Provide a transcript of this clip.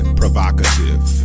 provocative